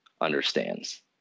understands